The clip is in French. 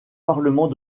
parlement